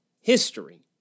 history